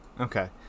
Okay